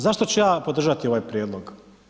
Zašto ću ja podržati ovaj Prijedlog?